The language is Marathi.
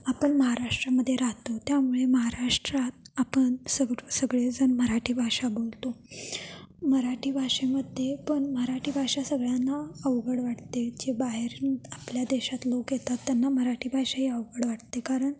आपण महाराष्ट्रामध्ये राहतो त्यामुळे महाराष्ट्रात आपण सग सगळेजण मराठी भाषा बोलतो मराठी भाषेमध्ये पण मराठी भाषा सगळ्यांना अवघड वाटते जे बाहेरून आपल्या देशात लोक येतात त्यांना मराठी भाषा ही अवघड वाटते कारण